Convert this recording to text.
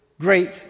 great